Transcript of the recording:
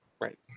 Right